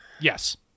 Yes